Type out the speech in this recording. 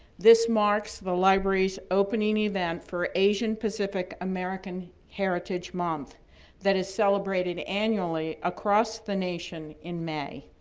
this marks the library's opening event for asian-pacific american heritage month that is celebrated annually across the nation in may.